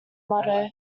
motto